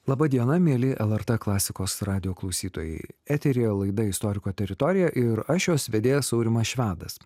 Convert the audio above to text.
laba diena mieli lrt klasikos radijo klausytojai eteryje laidą istoriko teritorija ir aš jos vedėjas aurimas švedas